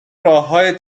راههای